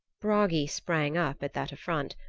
bragi sprang up at that affront,